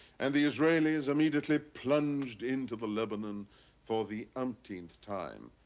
and the israelis immediately plunged into the lebanon for the umpteenth time.